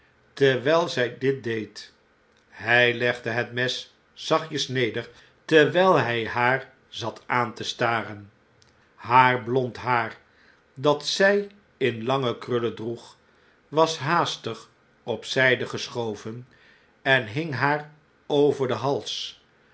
terwgl zg dit deed hij legde het mes zachtjes neder terwgl hij haar zat aan te staren haar blond haar dat zij in lange krullen droeg was haastig op zijde geschoven en hing haar over den hals